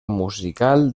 musical